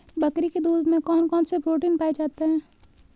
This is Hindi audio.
बकरी के दूध में कौन कौनसे प्रोटीन पाए जाते हैं?